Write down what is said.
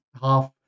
Half